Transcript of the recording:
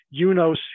UNOS